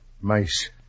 Mice